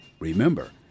Remember